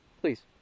please